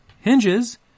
hinges